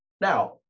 Now